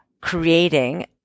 creating